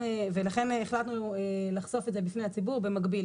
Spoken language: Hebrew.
ולכן החלטנו לחשוף את זה בפני הציבור במקביל,